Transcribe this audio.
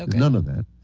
um none of that.